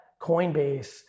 Coinbase